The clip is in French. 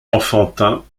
enfantin